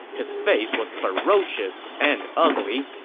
his face was ferocious and ugly.